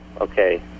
okay